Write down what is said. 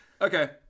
Okay